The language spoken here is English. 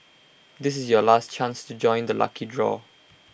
this is your last chance to join the lucky draw